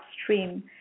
upstream